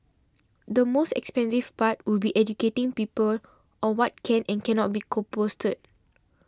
the most expensive part would be educating people on what can and cannot be composted